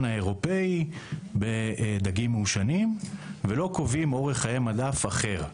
האירופי בדגים מעושנים ולא קובעים אורך חיי מדף אחר.